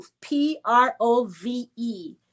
P-R-O-V-E